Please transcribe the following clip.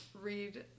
read